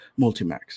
Multimax